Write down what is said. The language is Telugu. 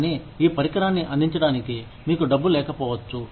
కానీ ఈ పరికరాన్ని అందించడానికి మీకు డబ్బు లేకపోవచ్చు